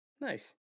Nice